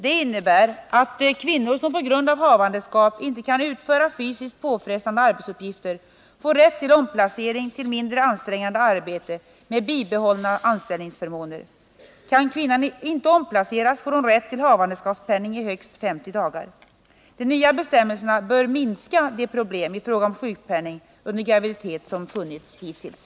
De innebär att kvinnor som på grund av havandeskap inte kan utföra fysiskt påfrestande arbetsuppgifter får rätt till omplacering till mindre ansträngande arbete med bibehållna anställningsförmåner. Kan kvinnan inte omplaceras får hon rätt till havandeskapspenning i högst 50 dagar. De nya bestämmelserna bör minska de problem i fråga om sjukpenning under graviditet som funnits hittills.